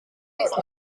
zich